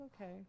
Okay